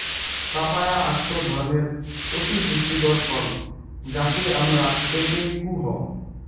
papaya আকটো ধরণের অতি পুষ্টিকর ফল যাকে আমরা পেঁপে কুহ